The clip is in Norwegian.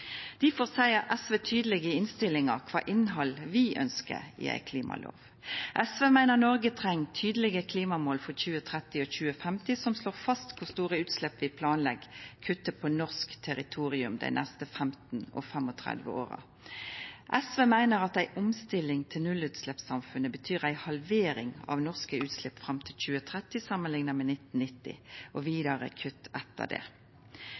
Difor seier SV tydeleg i innstillinga kva innhald vi ønskjer i ei klimalov. SV meiner Noreg treng tydelege klimamål for 2030 og 2050 som slår fast kor store utslepp vi planlegg å kutta på norsk territorium dei neste 15 og 35 åra. SV meiner at ei omstilling til nullutsleppssamfunnet betyr ei halvering av norske utslepp fram til 2030 samanlikna med 1990 og vidare kutt etter det.